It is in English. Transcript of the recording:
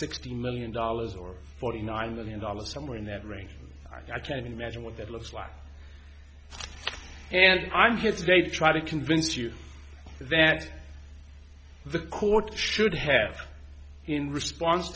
sixteen million dollars or forty nine million dollars somewhere in that range i can imagine what that looks like and i'm here today to try to convince you that the court should have in response